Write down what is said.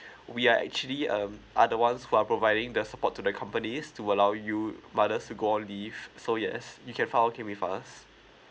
we are actually um are the ones who are providing the support to the companies to allow you mothers to go on leave so yes you can found out claim with us